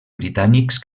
britànics